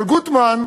אבל גוטמן,